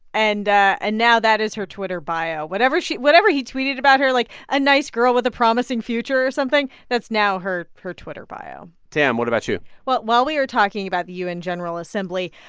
and ah and now that is her twitter bio. whatever she whatever he tweeted about her like, a nice girl with a promising future or something that's now her her twitter bio tam, what about you? well, while we are talking about the u n. general assembly.